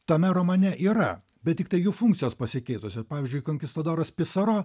tame romane yra bet tiktai jų funkcijos pasikeitusio pavyzdžiui konkistadoras pisaro